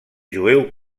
jueu